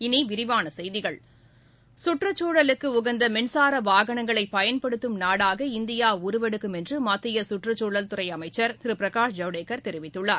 இனிவிரிவானசெய்திகள் சுற்றுச்சூழலுக்குஉகந்தமின்சாரவாகனங்களைப் பயன்படுத்தும் நாடாக இந்தியாஉருவெடுக்கும் என்றுமத்தியசுற்றுச்சூழல் துறைஅமைச்சர் திருபிரகாஷ் ஜவடேகர் தெரிவித்துள்ளார்